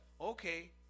okay